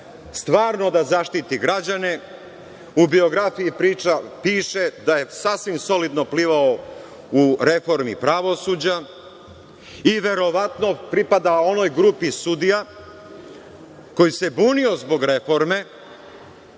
stvarno da zaštiti građane. U biografiji piše da je sasvim solidno plivao u reformi pravosuđa i verovatno pripada onoj grupi sudija koji se bunio zbog reforme